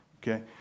Okay